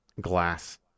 glass